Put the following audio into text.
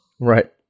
Right